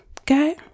okay